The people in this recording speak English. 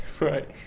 Right